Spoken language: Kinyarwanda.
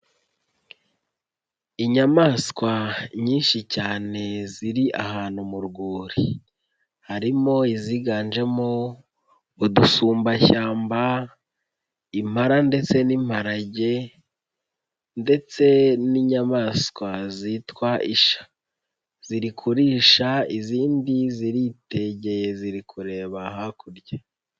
Inyamaswa nyinshi cyane ziri ahantu mu rwuri, harimo iziganjemo udusumbashyamba, impala ndetse n'imparage ndetse n'inyamaswa zitwa isha, ziri kurisha izindi ziritegeye ziri kureba hakurya.